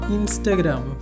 Instagram